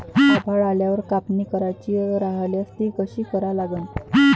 आभाळ आल्यावर कापनी करायची राह्यल्यास ती कशी करा लागन?